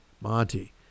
Monty